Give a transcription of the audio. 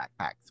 backpacks